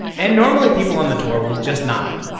and normally, people on the tour will just nod.